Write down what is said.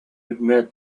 admit